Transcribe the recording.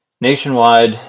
Nationwide